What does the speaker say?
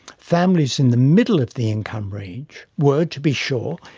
families in the middle of the income range were, to be sure,